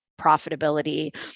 profitability